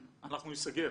אנחנו ניסגר.